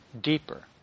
deeper